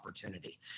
opportunity